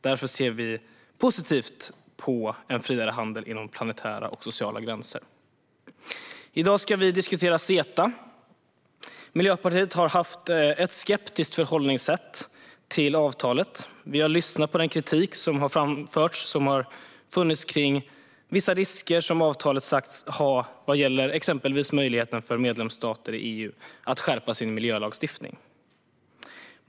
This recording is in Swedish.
Därför ser vi positivt på en friare handel inom planetära och sociala gränser. I dag ska vi diskutera CETA. Miljöpartiet har haft ett skeptiskt förhållningssätt till avtalet. Vi har lyssnat på den kritik som har framförts gällande vissa risker som avtalet har sagts ha vad gäller exempelvis möjligheten för EU:s medlemsstater att skärpa sin miljölagstiftning.